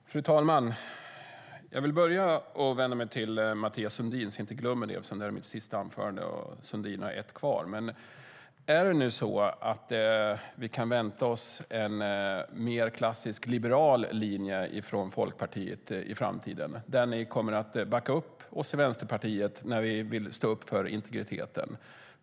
Fru talman! Jag ska börja med att vända mig till Mathias Sundin, så att jag inte glömmer det. Detta är mitt sista inlägg, men Mathias Sundin har ett kvar. Kan vi vänta oss en mer klassisk liberal linje från Folkpartiet i framtiden, där ni kommer att backa upp oss i Vänsterpartiet när vi vill stå upp för integriteten?